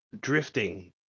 drifting